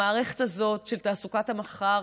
המערכת הזאת, של תעסוקת המחר,